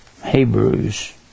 Hebrews